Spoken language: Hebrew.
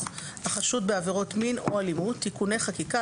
החשוד בעבירות מין או ואלימות (תיקוני חקיקה),